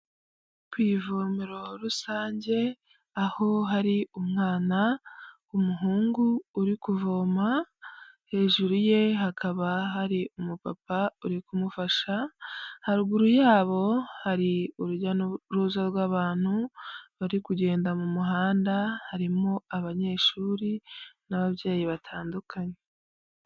Ku ivomero rusange aho hari umwana w'umuhungu uri kuvoma, hejuru ye hakaba hari umupapa uri kumufasha, haruguru yabo hari urujyaza n'uruza rw'abantu bari kugenda mu muhanda, harimo abanyeshuri n'ababyeyi batandukanye.